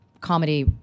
comedy